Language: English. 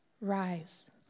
Rise